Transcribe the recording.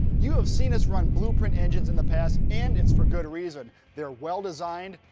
you have seen us run blueprint engines in the past and it's for good reason. they're well designed,